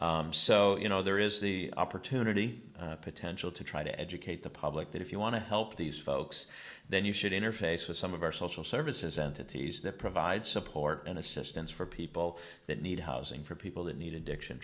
nutrition so you know there is the opportunity potential to try to educate the public that if you want to help these folks then you should interface with some of our social services entities that provide support and assistance for people that need housing for people that need addiction